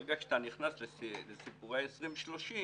ברגע שאתה נכנס לסיפורי 2030,